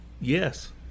Yes